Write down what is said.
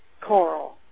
coral